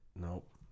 Nope